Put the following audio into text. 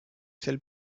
celle